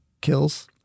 kills